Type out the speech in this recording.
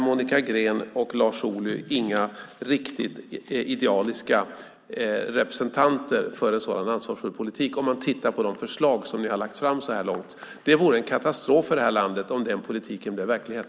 Monica Green och Lars Ohly är inga riktigt idealiska representanter för en sådan ansvarsfull politik, om man tittar på de förslag som ni har lagt fram så här långt. Det vore en katastrof för det här landet om den politiken blev verklighet.